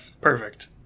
Perfect